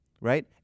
right